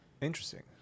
interesting